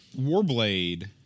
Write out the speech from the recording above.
Warblade